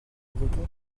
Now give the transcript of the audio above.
breton